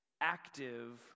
active